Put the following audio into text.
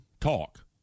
talk